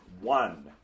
One